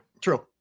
True